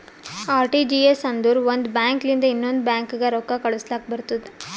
RTGS ಅಂದುರ್ ಒಂದ್ bank ಲಿಂತ ಇನ್ನೊಂದ್ ಬ್ಯಾಂಕ್ಗ ರೊಕ್ಕಾ ಕಳುಸ್ಲಾಕ್ ಬರ್ತುದ್